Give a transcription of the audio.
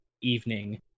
evening